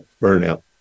burnout